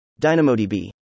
DynamoDB